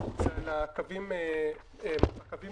זה על הקווים המוגזים.